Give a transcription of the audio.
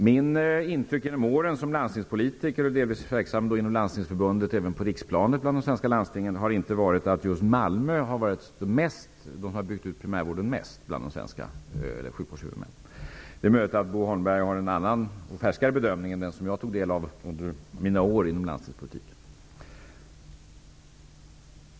Mitt intryck genom åren som landstingspolitiker har inte varit att Malmö har varit den kommun som har byggt ut primärvården mest bland de svenska sjukvårdshuvudmännen -- jag har delvis varit verksam inom Landstingsförbundet även på riksplanet. Det är möjligt att Bo Holmberg har en färskare bedömning än dem som jag tog del av under mina år inom landstingspolitiken.